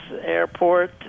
airport